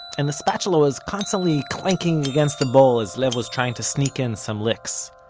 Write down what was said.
and the spatula was constantly clanking against the bowl as lev was trying to sneak in some licks.